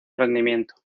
rendimiento